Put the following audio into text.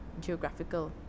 geographical